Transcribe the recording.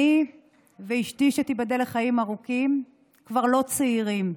אני ואשתי, שתיבדל לחיים ארוכים, כבר לא צעירים,